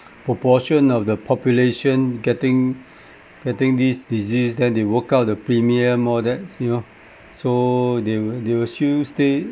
proportion of the population getting getting this disease then they work out the premium all that you know so they will they will still stay